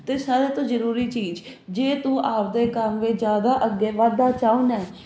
ਤੇ ਸਾਰਿਆਂ ਤੋਂ ਜਰੂਰੀ ਚੀਜ਼ ਜੇ ਤੂੰ ਆਪਦੇ ਕੰਮ ਵਿੱਚ ਜਿਆਦਾ ਅੱਗੇ ਵੱਧਦਾ ਚਾਹੁਨਾ